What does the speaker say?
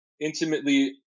intimately